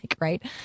right